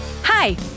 Hi